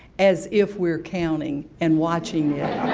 as if we're counting, and watching it.